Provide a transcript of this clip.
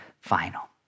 final